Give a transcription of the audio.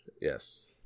Yes